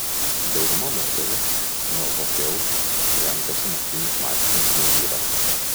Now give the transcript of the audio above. dauguma moterų nuovokiau renkasi naktinius marškinius nei vyrą